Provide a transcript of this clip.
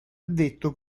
detto